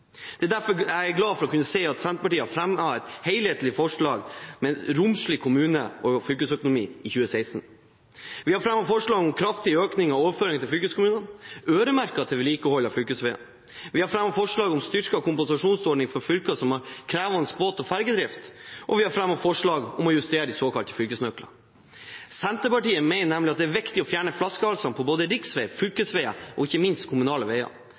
er jeg glad for å kunne si at Senterpartiet har fremmet et helhetlig forslag om en romslig kommune- og fylkesøkonomi i 2016. Vi har fremmet forslag om en kraftig økning av overføringene til fylkeskommunene – øremerket til vedlikehold av fylkesveier. Vi har fremmet forslag om en styrket kompensasjonsordning for fylker som har krevende båt- og fergedrift, og vi har fremmet forslag om å justere de såkalte fylkesnøklene. Senterpartiet mener at det er viktig å fjerne flaskehalser på både riksveier, fylkesveier og kommunale veier.